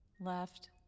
Left